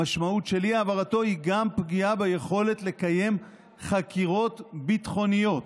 המשמעות של אי-העברתו היא גם פגיעה ביכולת לקיים חקירות ביטחוניות.